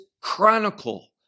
chronicle